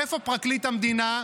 איפה פרקליט המדינה?